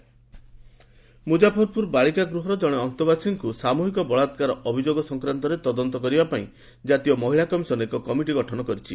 NCW NCR Muzaffarpur ବାଳିକା ଗୃହର ଜଣେ ଅନ୍ତେବାସୀଙ୍କୁ ସାମୁହିକ ବଳାତ୍କାର ଅଭିଯୋଗ ସଂକ୍ରାନ୍ତରେ ତଦନ୍ତ କରିବା ପାଇଁ ଜାତୀୟ ମହିଳା କମିଶନ୍ ଏକ କମିଟି ଗଠନ କରିଛି